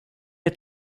der